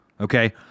okay